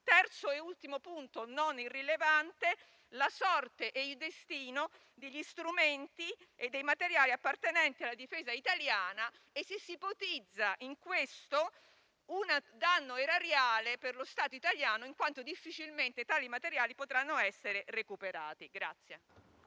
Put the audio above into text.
terzo e ultimo punto, non irrilevante, riguarda la sorte e il destino degli strumenti e dei materiali appartenenti alla Difesa italiana e se si ipotizza in questo un danno erariale per lo Stato italiano, in quanto difficilmente potranno essere recuperati.